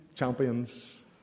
champions